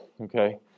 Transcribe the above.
Okay